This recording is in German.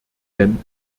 denn